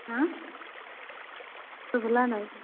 କାଣା ଶୁଭିଲା ନାହିଁ